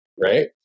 Right